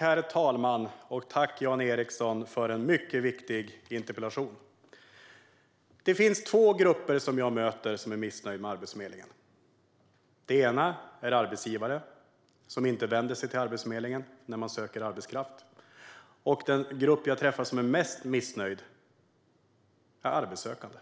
Herr talman! Tack, Jan Ericson, för en mycket viktig interpellation! Det finns två grupper som jag möter som är missnöjda med Arbetsförmedlingen. Den ena är arbetsgivare, som inte vänder sig till Arbetsförmedlingen när de söker arbetskraft. Den andra, den grupp jag träffar som är mest missnöjd, är arbetssökande.